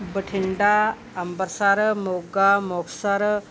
Bathinda Amritsar Moga Muktsar